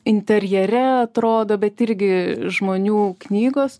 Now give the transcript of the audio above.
interjere atrodo bet irgi žmonių knygos